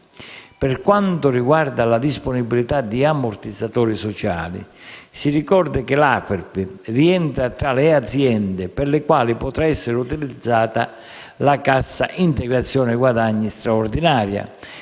Per quanto riguarda la disponibilità di ammortizzatori sociali, si ricorda che la Aferpi rientra tra le aziende per le quali potrà essere utilizzata la cassa integrazione guadagni straordinaria